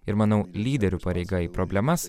ir manau lyderių pareiga į problemas